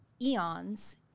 eons